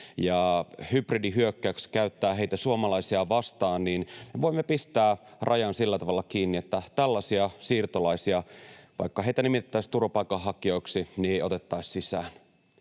ja hybridihyökkäyksessä käyttää heitä suomalaisia vastaan, niin voimme pistää rajan sillä tavalla kiinni, että tällaisia siirtolaisia, vaikka heitä nimitettäisiin turvapaikanhakijoiksi, ei otettaisi sisään.